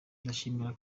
ndashimira